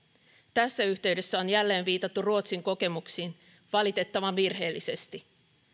tässä yhteydessä on jälleen viitattu ruotsin kokemuksiin valitettavan virheellisesti